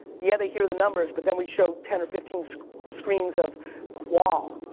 yeah they hear the numbers but then we show ten or fifteen screens of qual,